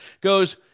goes